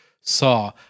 saw